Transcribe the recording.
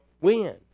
win